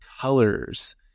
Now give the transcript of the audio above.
colors